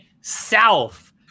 South